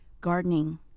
gardening